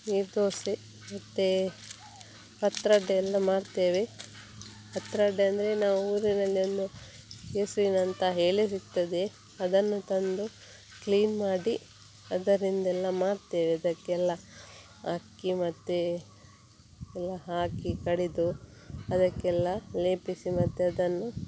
ನೀರು ದೋಸೆ ಮತ್ತು ಪತ್ರೊಡೆಯೆಲ್ಲ ಮಾಡ್ತೇವೆ ಪತ್ರೊಡೆ ಅಂದರೆ ನಾವು ಊರಿನಲ್ಲಿ ಒಂದು ಕೆಸುವಿನಂತ ಎಲೆ ಸಿಗ್ತದೆ ಅದನ್ನು ತಂದು ಕ್ಲೀನ್ ಮಾಡಿ ಅದರಿಂದೆಲ್ಲ ಮಾಡ್ತೇವೆ ಅದಕ್ಕೆಲ್ಲ ಅಕ್ಕಿ ಮತ್ತು ಎಲ್ಲ ಹಾಕಿ ಕಡೆದು ಅದಕ್ಕೆಲ್ಲ ಲೇಪಿಸಿ ಮತ್ತು ಅದನ್ನು